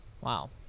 Wow